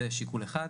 זה שיקול אחד.